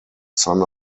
son